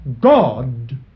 God